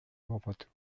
robert